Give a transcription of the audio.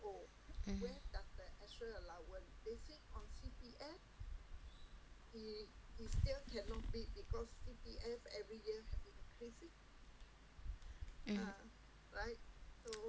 mm mm